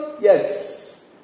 Yes